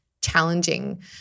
challenging